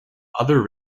other